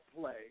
play